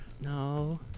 No